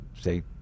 say